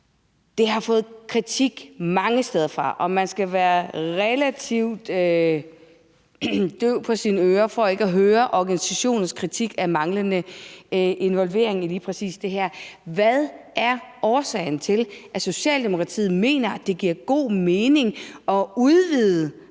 Det har fået kritik mange steder fra, og man skal være relativt døv for ikke at høre organisationernes kritik af manglende involvering i lige præcis det her. Hvad er årsagen til, at Socialdemokratiet mener, at det giver god mening at udvide